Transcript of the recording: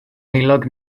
heulog